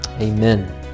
amen